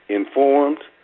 informed